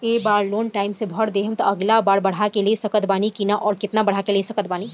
ए बेर loan time से भर देहम त अगिला बार बढ़ा के ले सकत बानी की न आउर केतना बढ़ा के ले सकत बानी?